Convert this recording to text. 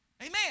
Amen